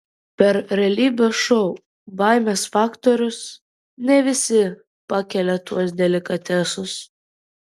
per realybės šou baimės faktorius ne visi pakelia tuos delikatesus